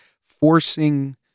forcing